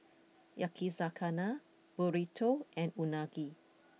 Yakizakana Burrito and Unagi